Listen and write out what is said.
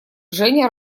женя